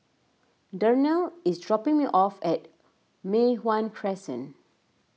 Darnell is dropping me off at Mei Hwan Crescent